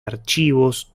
archivos